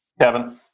Kevin